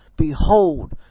Behold